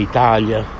Italia